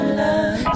love